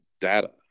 data